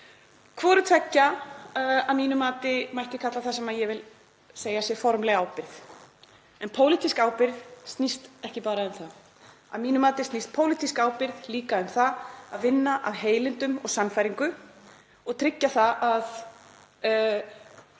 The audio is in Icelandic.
Hvoru tveggja mætti að mínu mati kalla það sem ég vil segja að sé formleg ábyrgð. En pólitísk ábyrgð snýst ekki bara um það. Að mínu mati snýst pólitísk ábyrgð líka um það að vinna af heilindum og sannfæringu og tryggja það að